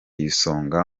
isonga